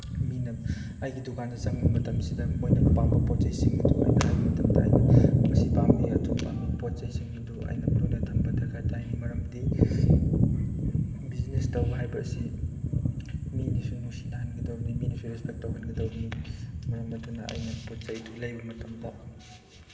ꯃꯤꯅ ꯑꯩꯒꯤ ꯗꯨꯀꯥꯟꯗ ꯆꯪꯕ ꯃꯇꯝꯁꯤꯗ ꯃꯣꯏꯅ ꯄꯥꯝꯕ ꯄꯣꯠ ꯆꯩꯁꯤꯡ ꯑꯗꯨ ꯑꯩꯅ ꯍꯥꯏ ꯃꯇꯝꯗ ꯑꯩꯅ ꯃꯁꯤ ꯄꯥꯝꯃꯤ ꯑꯗꯨ ꯄꯥꯝꯃꯤ ꯄꯣꯠ ꯆꯩꯁꯤꯡ ꯑꯗꯨ ꯑꯩꯅ ꯂꯣꯏꯅ ꯊꯝꯕ ꯗꯔꯀꯥꯔ ꯇꯥꯏ ꯃꯔꯝꯗꯤ ꯕꯤꯖꯤꯅꯦꯁ ꯇꯧꯕ ꯍꯥꯏꯕ ꯑꯁꯤ ꯃꯤꯅꯁꯨ ꯅꯨꯡꯁꯤꯅꯍꯟꯒꯗꯕꯅꯤ ꯃꯤꯅꯁꯨ ꯔꯦꯁꯄꯦꯛ ꯇꯧꯍꯟꯒꯗꯕꯅꯤ ꯃꯔꯝ ꯑꯗꯨꯅ ꯑꯩꯅ ꯄꯣꯠ ꯆꯩꯗꯨ ꯂꯩꯕ ꯃꯇꯝꯗ